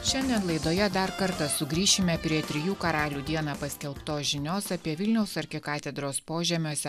šiandien laidoje dar kartą sugrįšime prie trijų karalių dieną paskelbtos žinios apie vilniaus arkikatedros požemiuose